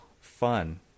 fun